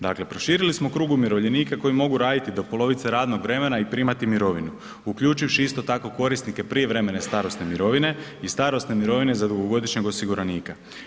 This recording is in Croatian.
Dakle proširili smo krug umirovljenika koji mogu raditi do polovice radnog vremena i primati mirovinu, uključivši isto tako korisnike prijevremene starosne mirovine i starosne mirovine za dugogodišnjeg osiguranika.